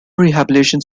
rehabilitation